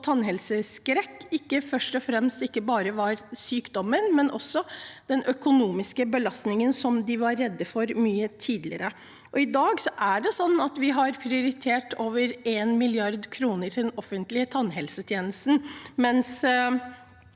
tannlegeskrekk, først og fremst ikke bare var sykdommen, men også den økonomiske belastningen som de var redde for mye tidligere. I dag har vi prioritert over 1 mrd. kr til den offentlige tannhelsetjenesten,